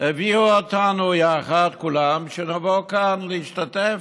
הביאו אותנו יחד כולם, שנבוא כאן להשתתף.